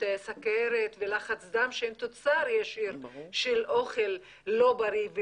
סכרת ולחץ דם שהם תוצר ישיר של אוכל לא בריא,